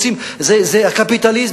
הקפיטליזם,